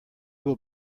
will